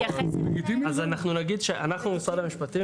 אז אנחנו נגיד שאנחנו משרד המשפטים,